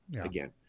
again